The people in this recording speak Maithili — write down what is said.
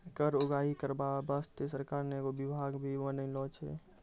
कर उगाही करबाय बासतें सरकार ने एगो बिभाग भी बनालो छै